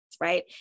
right